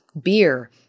beer